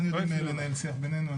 אני יודע לנהל שיח בינינו,